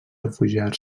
refugiar